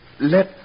Let